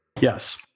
yes